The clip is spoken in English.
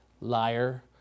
liar